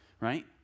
right